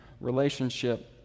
relationship